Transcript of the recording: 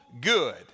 good